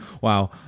Wow